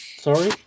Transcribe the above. Sorry